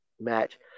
match